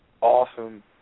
awesome